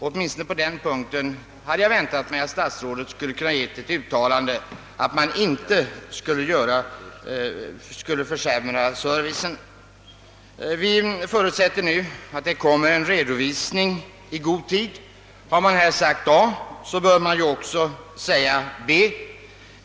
Åtminstone på den punkten hade jag väntat mig att statsrådet skulle ha kunnat ge en försäkran om att farhågorna är obefogade. Vi förutsätter nu att en redovisning kommer i god tid. Om man har sagt A, bör man också säga B.